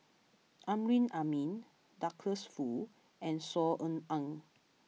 Amrin Amin Douglas Foo and Saw Ean Ang